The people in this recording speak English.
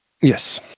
Yes